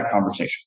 conversation